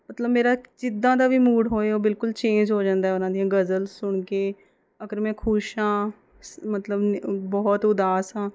ਮਤਲਬ ਮੇਰਾ ਜਿੱਦਾਂ ਦਾ ਵੀ ਮੂਡ ਹੋਏ ਉਹ ਬਿਲਕੁਲ ਚੇਂਜ ਹੋ ਜਾਂਦਾ ਉਹਨਾਂ ਦੀਆਂ ਗਜ਼ਲ ਸੁਣ ਕੇ ਅਗਰ ਮੈਂ ਖੁਸ਼ ਹਾਂ ਸ ਮਤਲਬ ਬਹੁਤ ਉਦਾਸ ਹਾਂ